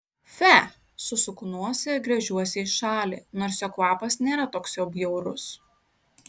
fe susuku nosį ir gręžiuosi į šalį nors jo kvapas nėra toks jau bjaurus